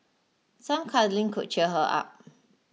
some cuddling could cheer her up